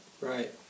Right